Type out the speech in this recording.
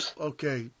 okay